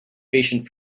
patient